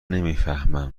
نمیفهمم